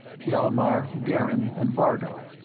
hjalmar, garin and vardo.